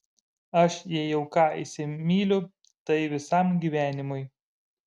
aš jei jau ką įsimyliu tai visam gyvenimui